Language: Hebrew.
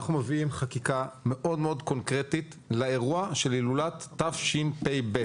אנחנו מביאים חקיקה מאוד מאוד קונקרטית לאירוע של הילולת תשפ"ב.